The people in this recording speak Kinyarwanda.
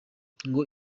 ngo